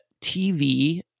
tv